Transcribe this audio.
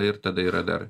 ir tada yra dar